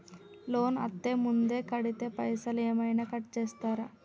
Loan అత్తే ముందే కడితే పైసలు ఏమైనా కట్ చేస్తరా?